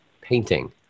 painting